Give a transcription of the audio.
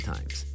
Times